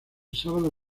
sábado